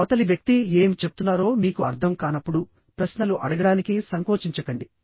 అవతలి వ్యక్తి ఏమి చెప్తున్నారో మీకు అర్థం కానప్పుడు ప్రశ్నలు అడగడానికి సంకోచించకండి